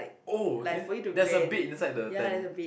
oh in there's a bed inside the tent